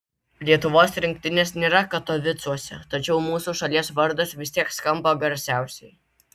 lietuvos rinktinės nėra katovicuose tačiau mūsų šalies vardas vis tiek skamba garsiausiai